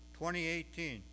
2018